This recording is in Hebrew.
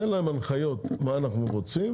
תן להם הנחיות מה אנחנו רוצים,